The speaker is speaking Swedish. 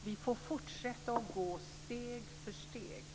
Vi får fortsätta att gå steg för steg.